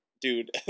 Dude